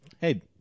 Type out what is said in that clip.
Hey